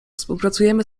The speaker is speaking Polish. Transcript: współpracujemy